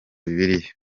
bibiliya